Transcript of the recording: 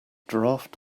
draft